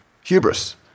Hubris